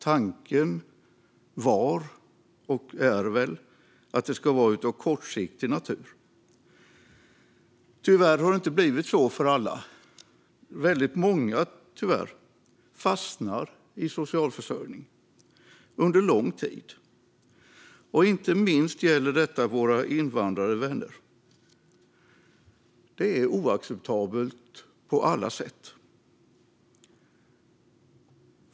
Tanken var, och är väl, att det ska vara av kortsiktig natur. Tyvärr har det inte blivit så för alla. Väldigt många fastnar tyvärr i socialförsörjning under lång tid. Inte minst gäller detta våra invandrade vänner. Det är oacceptabelt på alla sätt.